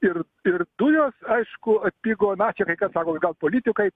ir ir dujos aišku atpigo na čia kai kas sako kad gal politikai